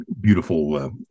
beautiful